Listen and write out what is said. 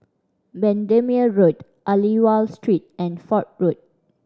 Bendemeer Road Aliwal Street and Fort Road